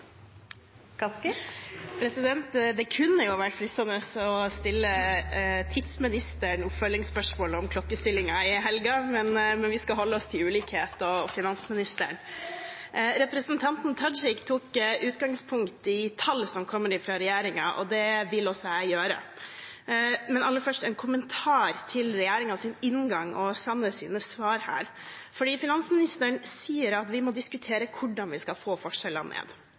å stille klokken i helgen, men vi skal holde oss til ulikhet og finansministeren. Representanten Tajik tok utgangspunkt i tall som kommer fra regjeringen, og det vil også jeg gjøre. Aller først en kommentar til regjeringens inngang og Sanners svar her: Finansministeren sier at vi må diskutere hvordan vi skal få forskjellene ned.